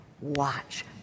watch